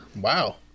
Wow